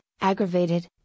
aggravated